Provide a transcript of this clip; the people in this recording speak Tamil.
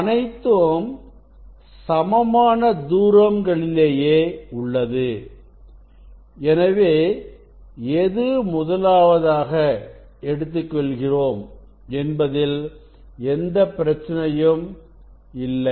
அனைத்தும் சமமான தூரம் களிலேயே உள்ளது எனவே எது முதலாவதாக எடுத்துக் கொள்கிறோம் என்பதில் எந்த பிரச்சினையும் இல்லை